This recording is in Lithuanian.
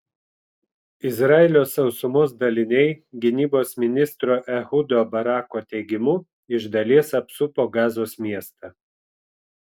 izraelio sausumos daliniai gynybos ministro ehudo barako teigimu iš dalies apsupo gazos miestą